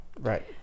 Right